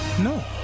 No